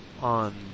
on